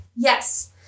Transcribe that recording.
Yes